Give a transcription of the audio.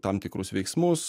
tam tikrus veiksmus